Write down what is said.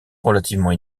relativement